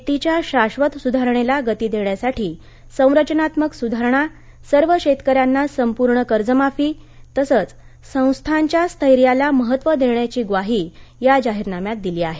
शेतीच्या शाश्वत सुधारणेला गती देण्यासाठी संरचनात्मक सुधारणा सर्व शेतकऱ्यांना संपुर्ण कर्जमाफी तसंच संस्थांच्या स्थैर्याला महत्व देण्याची ग्वाही या जाहीरनाम्यात दिली आहे